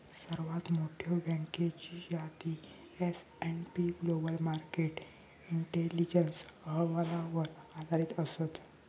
सर्वात मोठयो बँकेची यादी S and P global market intelligence अहवालावर आधारित असत